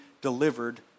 delivered